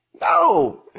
No